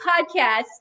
podcast